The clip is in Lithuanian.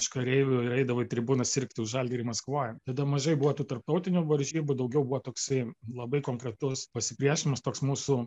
iš kareivių ir eidavo į tribūnas sirgti už žalgirį maskvoj tada mažai buvo tų tarptautinių varžybų daugiau buvo toksai labai konkretus pasipriešinimas toks mūsų